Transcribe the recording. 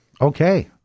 Okay